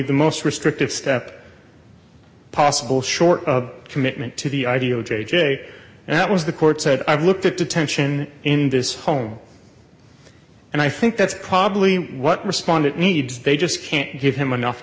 the most restrictive step possible short of commitment to the ideal jay jay and that was the court said i've looked at detention in this home and i think that's probably what respondent needs they just can't give him enough